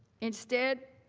instead,